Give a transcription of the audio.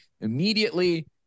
immediately